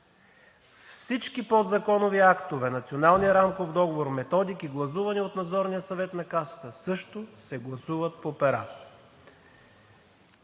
Всички подзаконови актове – Националният рамков договор, Методики, гласувани от Надзорния съвет на касата, също се гласуват по пера.